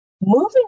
moving